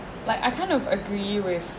like I kind of agree with